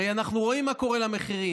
הרי אנחנו רואים מה קורה למחירים,